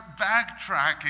backtracking